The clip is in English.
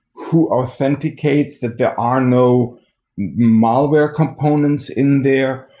who authenticates that there are no malware components in there?